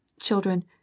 Children